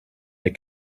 they